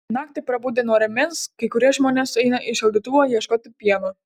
naktį prabudę nuo rėmens kai kurie žmonės eina į šaldytuvą ieškoti pieno